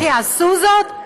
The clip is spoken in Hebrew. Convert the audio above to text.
איך יעשו זאת?